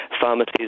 pharmacies